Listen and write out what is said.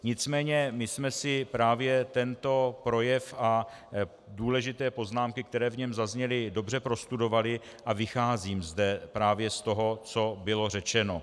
Nicméně my jsme si právě tento projev a důležité poznámky, které v něm zazněly, dobře prostudovali a vycházím zde právě z toho, co bylo řečeno.